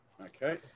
okay